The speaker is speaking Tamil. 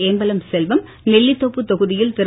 ஏம்பலம் செல்வம் நெல்லித்தோப்பு தொகுதியில் திரு